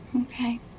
Okay